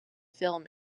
film